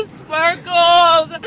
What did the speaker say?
sparkles